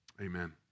amen